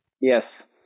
Yes